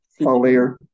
foliar